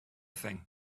thing